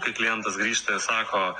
kai klientas grįžta ir sako